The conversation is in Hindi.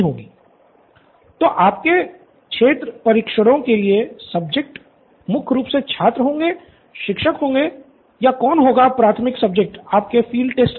प्रोफेसर बाला तो आपके क्षेत्र परीक्षणों मुख्य रूप से छात्र होंगे शिक्षक होंगे या कौन होगा प्राथमिक सब्जेक्ट आपके फील्ड टेस्ट्स के लिए